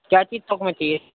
کیا چیز تھوک میں چاہیے